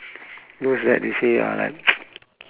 those that they say are like